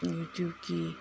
ꯌꯨꯇꯨꯞꯀꯤ